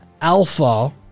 alpha